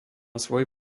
svoj